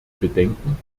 bedenken